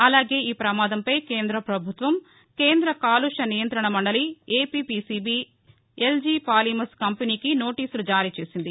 అలాగే ఈ పమాదంపై కేంద్ర పభుత్వం కేంద్ర కాలుష్య నియంతణ మండలి ఏపీ పీసీబీ ఎల్లీ పాలిమర్స్ కంపెనీకి నోటీసులు జారీ చేసింది